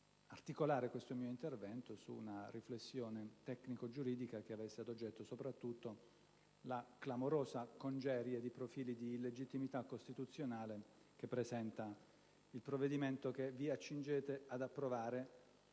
articolare questo mio intervento su una riflessione tecnico-giuridica che avesse ad oggetto soprattutto la clamorosa congerie di profili di illegittimità costituzionale che presenta il provvedimento che vi accingete ad approvare